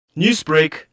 Newsbreak